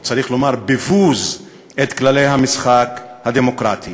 או, צריך לומר, בבוז, את כללי המשחק הדמוקרטיים.